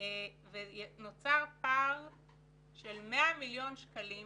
ונוצר פער של 100 מיליון שקלים